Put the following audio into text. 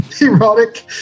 Erotic